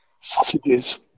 Sausages